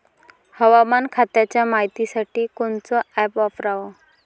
हवामान खात्याच्या मायतीसाठी कोनचं ॲप वापराव?